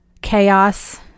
chaos